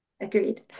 agreed